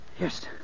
Yes